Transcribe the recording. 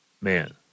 man